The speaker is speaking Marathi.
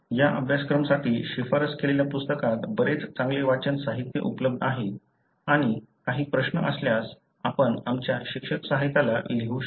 या अभ्यासक्रमासाठी शिफारस केलेल्या पुस्तकात बरेच चांगले वाचन साहित्य उपलब्ध आहे आणि काही प्रश्न असल्यास आपण आमच्या शिक्षण सहाय्यकाला लिहू शकता